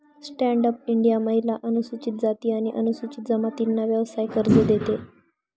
stand up India महिला, अनुसूचित जाती आणि अनुसूचित जमातींना व्यवसाय कर्ज देते